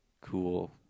cool